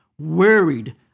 worried